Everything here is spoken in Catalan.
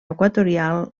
equatorial